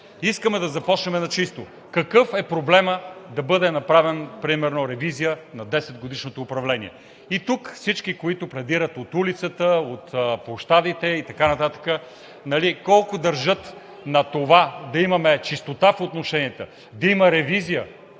искаме да започнем на чисто, какъв е проблемът да бъде направена примерно ревизия на 10-годишното управление? И тук всички, които пледират – от улицата, от площадите и така нататък, колко държат на това да имаме чистота в отношенията, да има ревизия.